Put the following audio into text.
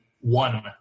one